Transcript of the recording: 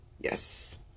Yes